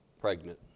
pregnant